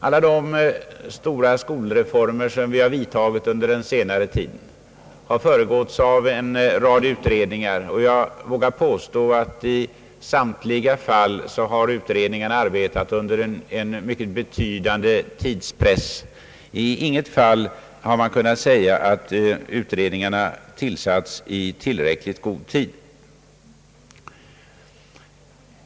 Alla de stora skolreformer som vi vidtagit under senare tid har föregåtts av en rad utredningar, och jag vågar påstå att utredningarna i samtliga fall arbetat under en mycket betydande tidspress, I inget fall har man kunnat säga att utredningarna tillsatts i tillräckligt god tid.